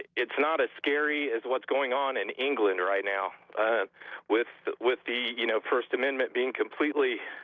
it's not as scary as what's going on in england right now with with the you know first amendment being completely